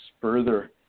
further